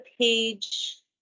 page